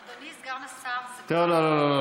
אדוני סגן השר, זה כבר באמת מייאש.